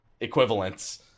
equivalents